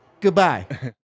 Goodbye